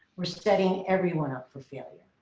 we're setting everyone up for failure.